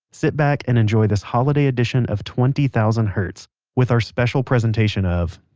sit back and enjoy this holiday edition of twenty thousand hertz with our special presentation of,